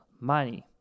Money